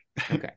Okay